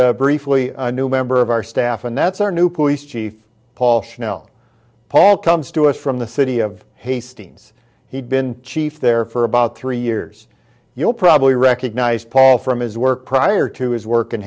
about briefly a new member of our staff and that's our new police chief paul schnell paul comes to us from the city of hastings he'd been chief there for about three years you'll probably recognize paul from his work prior to his work